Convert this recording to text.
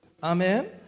Amen